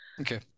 Okay